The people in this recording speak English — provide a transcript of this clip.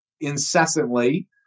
incessantly